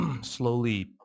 slowly